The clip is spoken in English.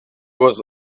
was